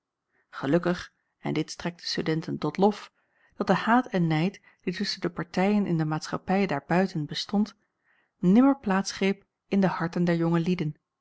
gelukkig en dit strekt den studenten tot lof dat de haat en nijd die tusschen de partijen in de maatschappij daarbuiten bestond nimmer plaats greep in de harten der jonge lieden